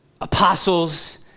apostles